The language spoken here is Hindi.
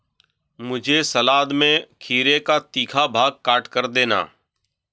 मुझे सलाद में खीरे का तीखा भाग काटकर देना